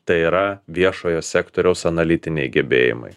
tai yra viešojo sektoriaus analitiniai gebėjimai